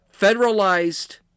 federalized